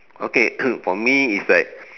okay for me is like